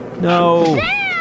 No